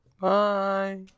Bye